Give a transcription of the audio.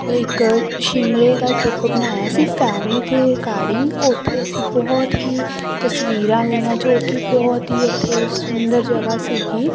ਇੱਕ ਸ਼ਿਮਲੇ ਦਾ ਟਰਿਪ ਬਣਾਇਆ ਸੀ ਫੈਮਲੀ ਦੇ ਅਕਾਰਡਿੰਗ ਉੱਥੇ ਅਸੀਂ ਬਹੁਤ ਹੀ ਤਸਵੀਰਾਂ ਲਈਆਂ ਜੋ ਕਿ ਬਹੁਤ ਹੀ ਉੱਥੇ ਸੁੰਦਰ ਜਗ੍ਹਾ ਸੀਗੀ